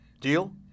Deal